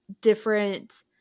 different